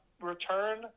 return